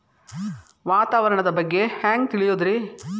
ವಾತಾವರಣದ ಬಗ್ಗೆ ಹ್ಯಾಂಗ್ ತಿಳಿಯೋದ್ರಿ?